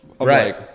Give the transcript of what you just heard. Right